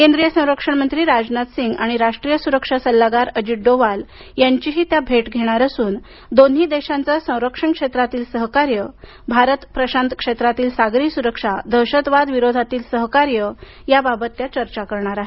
केंद्रीय संरक्षण मंत्री राजनाथ सिंग आणि राष्ट्रीय सुरक्षा सल्लागार अजित डोवाल यांचीही त्या भेट घेणार असून दोन्ही देशांचे संरक्षण क्षेत्रातील सहकार्य भारत प्रशांत क्षेत्रातील सागरी सुरक्षा दहशतवाद विरोधातील सहकार्य याबाबत चर्चा करणार आहेत